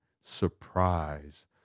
surprise